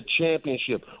championship